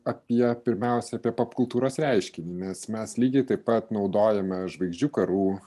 apie pirmiausia apie popkultūros reiškinį mes mes lygiai taip pat naudojame žvaigždžių karų